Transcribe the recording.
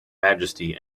majesty